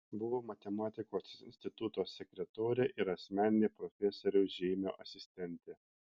buvo matematikos instituto sekretorė ir asmeninė profesoriaus žeimio asistentė